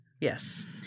Yes